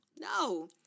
No